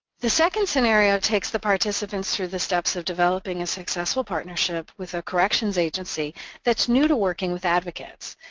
the second scenario takes the participants through the steps of developing a successful partnership with a corrections agency that's new to working with advocates.